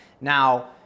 Now